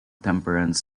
temperance